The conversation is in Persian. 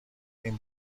این